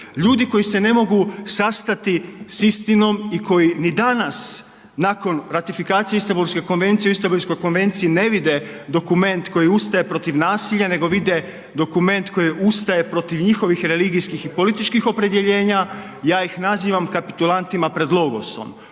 Ljudi koji se ne mogu sastati s istinom i koji ni danas nakon ratifikacije Istambulske konvencije u Istambulskoj konvenciji ne vide dokument koji ustaje protiv nasilja nego vide dokument koji ustaje protiv njihovih religijskih i političkih oblika, ja ih nazivam kapitulantima pred logosom.